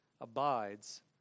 abides